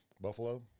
Buffalo